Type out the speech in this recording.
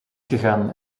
gegaan